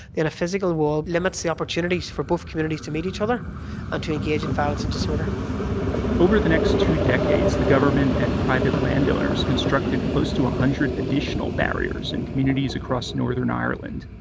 a physical wall limits the opportunities for both communities to meet each other and to engage in violence and disorder over the next two decades, the government and private landowners, constructed close to a hundred additional barriers, in communities across northern ireland.